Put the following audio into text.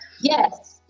Yes